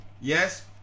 yes